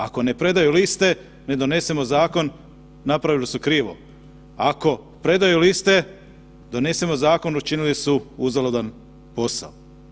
Ako ne predaju liste i ne donesemo zakon napravili su krivo, ako predaju liste donesemo zakonu učinili su uzaludan posao.